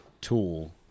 tool